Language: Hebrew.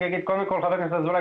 רק אגיד קודם שחבר הכנסת אזולאי,